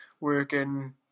working